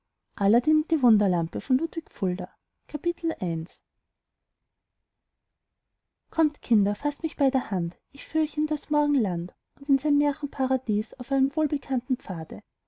die kommt kinder faßt mich bei der hand ich führ euch in das morgenland und in sein märchenparadies auf einem wohlbekannten pfade